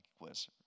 quiz